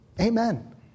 Amen